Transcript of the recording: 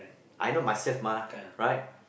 I know myself mah right